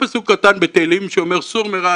פסוק קטן בתהלים שאומר סור מרע,